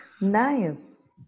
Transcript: nice